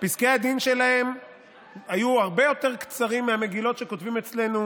פסקי הדין שלהם היו הרבה יותר קצרים מהמגילות שכותבים אצלנו